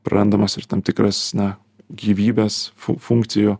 prarandamas ir tam tikras na gyvybės fu funkcijų